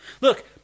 Look